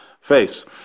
face